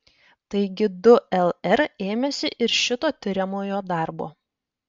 taigi du lr ėmėsi ir šito tiriamojo darbo